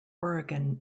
oregon